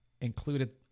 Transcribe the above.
Included